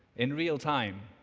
in real time.